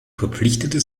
verpflichtete